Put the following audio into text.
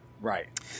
Right